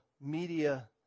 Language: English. media